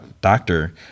doctor